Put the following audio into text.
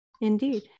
indeed